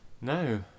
No